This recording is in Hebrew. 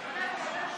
שניים.